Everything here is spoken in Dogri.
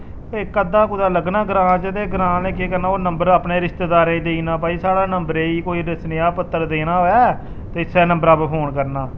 इक अद्धा कुतै लग्गना ग्रांऽ च ते ग्रांऽ आह्लें केह् करना नम्बर अपने रिश्तेदारें गी देई ओड़ना कि भाई साढ़ा नम्बर ऐ कोई सनेहा पत्तर देना होऐ ते इस्सै नम्बरै उप्पर फोन करना